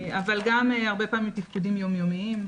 אבל גם הרבה פעמים תפקודים יום יומיים.